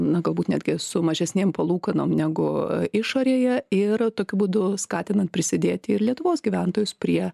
na galbūt netgi su mažesnėm palūkanom negu išorėje ir tokiu būdu skatinant prisidėti ir lietuvos gyventojus prie